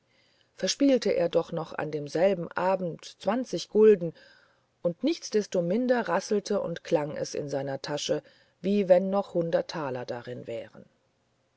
verspielte er doch noch an demselben abend zwanzig gulden und nichtsdestominder rasselte und klang es in seiner tasche wie wenn noch hundert taler darin wären